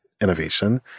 innovation